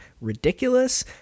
ridiculous